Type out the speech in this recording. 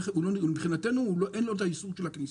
מבחינתנו אין עליו איסור כניסה.